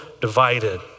divided